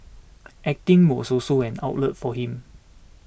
acting was also an outlet for him